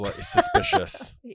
suspicious